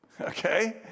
okay